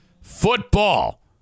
football